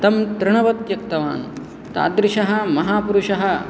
तं तृणवत् त्यक्तवान् तादृशः महापुरुषः